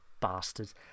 bastards